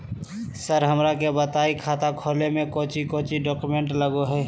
Sir हमरा के बताएं खाता खोले में कोच्चि कोच्चि डॉक्यूमेंट लगो है?